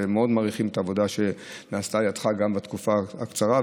ומאוד מעריכים את העבודה שנעשתה על ידך גם בתקופה קצרה,